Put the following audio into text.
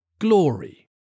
glory